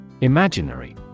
Imaginary